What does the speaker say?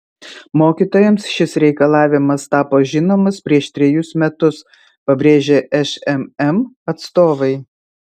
mokytojams šis reikalavimas tapo žinomas prieš trejus metus pabrėžė šmm atstovai